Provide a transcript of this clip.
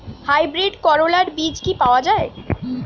Hybrid করলার বীজ কি পাওয়া যায়?